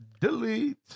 delete